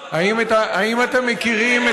האם אתם מכירים,